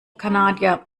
kanadier